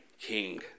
king